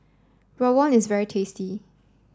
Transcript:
Rawon is very tasty